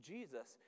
Jesus